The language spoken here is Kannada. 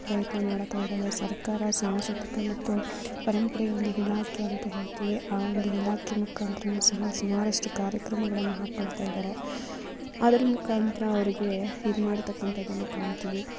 ಪ್ರಯತ್ನ ಮಾಡ್ತಾ ಇದ್ದಾವೆ ಸರ್ಕಾರ ಸಾಂಸ್ಕೃತಿಕ ಮತ್ತು ಪರಂಪರೆಯೊಂದು ಇಲಾಖೆ ಅಂತ ಹೇಳ್ತೀವಿ ಆ ಒಂದು ಇಲಾಖೆ ಮುಖಾಂತರವು ಸಹ ಸುಮಾರಷ್ಟು ಕಾರ್ಯಕ್ರಮಗಳನ್ನು ಹಾಕ್ಕೋಳ್ತಾ ಇದ್ದಾರೆ ಅದರ ಮುಖಾಂತರ ಅವರಿಗೆ ಇದು ಮಾಡ್ತಾಕ್ಕಂಥದನ್ನು ಕಾಣ್ತೀವಿ